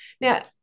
Now